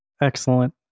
Excellent